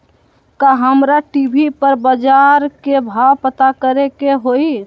का हमरा टी.वी पर बजार के भाव पता करे के होई?